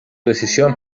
decisión